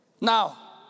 Now